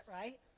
right